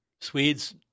Swedes